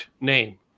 name